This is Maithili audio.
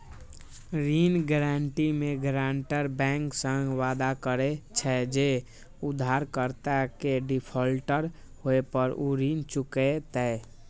ऋण गारंटी मे गारंटर बैंक सं वादा करे छै, जे उधारकर्ता के डिफॉल्टर होय पर ऊ ऋण चुकेतै